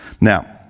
Now